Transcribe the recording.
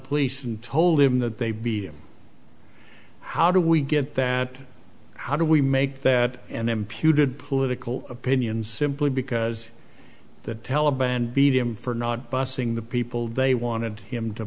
police and told him that they be him how do we get that how do we make that an imputed political opinions simply because the taliban beat him for not busing the people they wanted him to